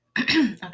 Okay